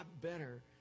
better